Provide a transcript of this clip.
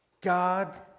God